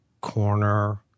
corner